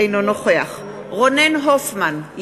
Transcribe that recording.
אינו נוכח רונן הופמן,